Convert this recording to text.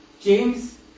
James